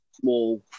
small